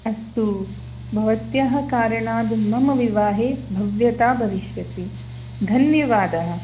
अस्तु भवत्यः कारणाद् मम विवाहे भव्यता भविष्यति धन्यवादः